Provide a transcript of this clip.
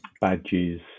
badges